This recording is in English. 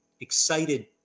excited